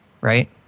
right